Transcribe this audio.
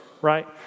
right